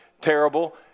terrible